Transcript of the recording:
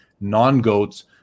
non-GOATS